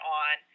on